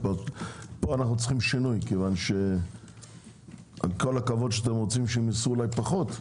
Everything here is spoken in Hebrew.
פה אנו צריכים שינוי כי כל הכבוד שאתם רוצים שייסעו פחות,